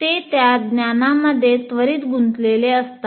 ते त्या ज्ञानामध्ये त्वरित गुंतलेले असतात